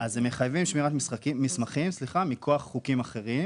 הם מחייבים שמירת מסמכים מכוח חוקים אחרים